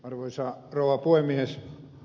arvoisa rouva puhemies